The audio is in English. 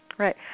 Right